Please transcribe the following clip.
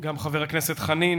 גם חבר הכנסת חנין,